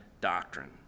doctrine